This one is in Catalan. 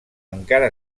encara